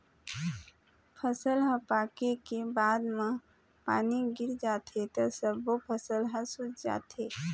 फसल ह पाके के बाद म पानी गिर जाथे त सब्बो फसल ह सूत जाथे